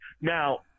Now